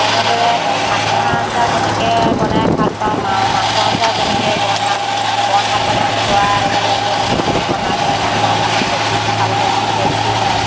তেনেদৰে মাটিমাহৰ আঞ্জা যেনেকৈ বনাই ভাল পাওঁ মা মাছৰ আঞ্জাও তেনেকৈ বনশাক বনশাক মানে খুতৰা আৰু ঔটেঙা দি বনালে মাছৰ আঞ্জাকণ দেখি খাবলৈ বহুত টেষ্টি হয়